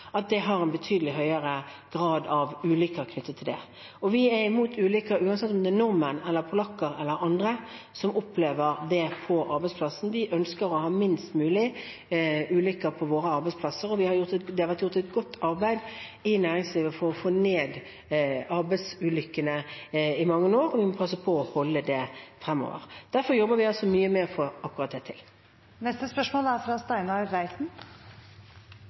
at det er en betydelig høyere grad av ulykker knyttet til det. Vi er imot ulykker uansett om det er nordmenn, polakker eller andre som opplever det på arbeidsplassen. Vi ønsker å ha færrest mulig ulykker på våre arbeidsplasser. Det har i mange år vært gjort et godt arbeid i næringslivet for å få ned antall arbeidsulykker, og vi må passe på å holde det der fremover. Derfor jobber vi mye med å få til akkurat det.